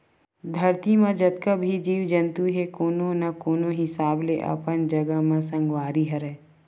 धरती म जतका भी जीव जंतु हे कोनो न कोनो हिसाब ले अपन जघा म संगवारी हरय